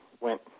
went